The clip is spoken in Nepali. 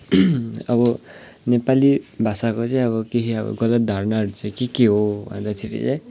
अब नेपाली भाषाको चाहिँ अब केही अब गलत धारणाहरू चाहिँ के के हो भन्दाखेरि चाहिँ